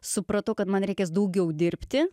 supratau kad man reikės daugiau dirbti